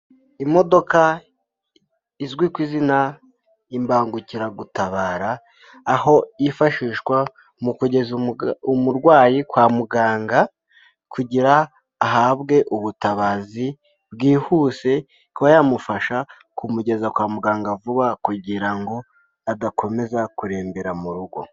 Imodoka izwi ku izina, imbangukiragutabara, aho yifashishwa mu kugeza umurwayi kwa muganga, kugira ahabwe ubutabazi bwihuse, kuba yamufasha kumugeza kwa muganga vuba kugira ngo adakomeza kurembera mu rugo.